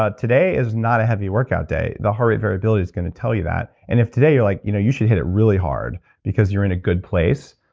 ah today is not a heavy workout day, the heart variability is going to tell you that. and if today you're like, you know you should hit it really hard because you're in a good place,